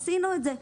עשינו את זה.